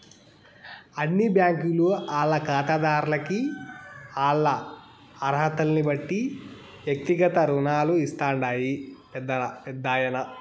అన్ని బ్యాంకీలు ఆల్ల కాతాదార్లకి ఆల్ల అరహతల్నిబట్టి ఎక్తిగత రుణాలు ఇస్తాండాయి పెద్దాయనా